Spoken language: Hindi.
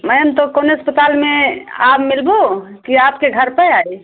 मैम तो कौने अस्पताल में आप मिलबो हं कि आपके घर पर आई